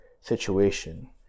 situation